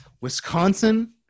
Wisconsin